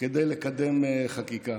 כדי לקדם חקיקה.